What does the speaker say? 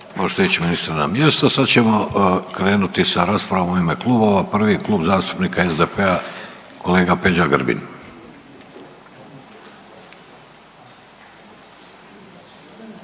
ići ministre na mjesto. Sad ćemo krenuti sa raspravom u ime klubova, prvi je Klub zastupnika SDP-a kolega Peđa Grbin.